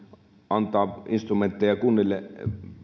antaa instrumentteja kunnille